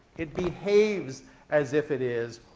it behaves as if it is,